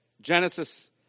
Genesis